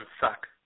suck